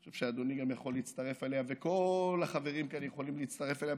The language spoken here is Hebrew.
אני חושב שאדוני יכול להצטרף אליה וכל החברים כאן יכולים להצטרף אליה,